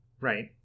Right